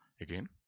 Again